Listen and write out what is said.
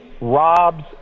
Rob's